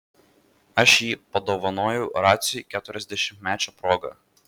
aš jį padovanojau raciui keturiasdešimtmečio proga